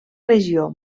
regió